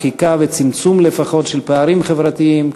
במחיקה ולפחות צמצום של פערים חברתיים,